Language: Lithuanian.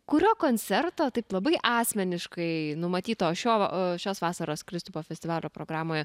kurio koncerto taip labai asmeniškai numatyto šio šios vasaros kristupo festivalio programoje